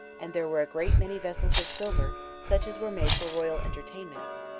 and there were a great many vessels of silver, such as were made for royal entertainments,